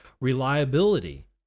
reliability